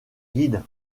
guide